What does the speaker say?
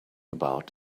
about